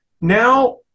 Now